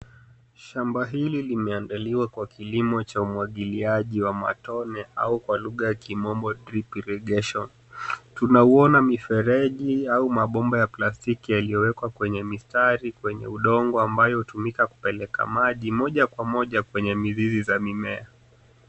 Shamba hili limeandaliwa kwa kilimo cha umwagiliaji wa matone au kwa lugha ya komombo drip irrigation . Tunauona mifereji au mabomba ya plastiki yaliyo wekwa kwenye mistari kwenye udongo ambayo hutumika kupeleka maji, moja kwa moja kwenye mizizi za mimea.